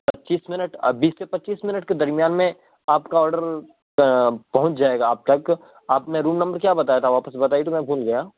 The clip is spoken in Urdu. پچیس منٹ اور بیس سے پچیس منٹ کے درمیان میں آپ کا آڈر پہنچ جائے گا آپ تک آپ نے روم نمبر کیا بتایا تھا واپس سے بتائیے تو میں بھول گیا